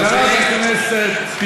חברת הכנסת,